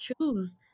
choose